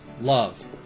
love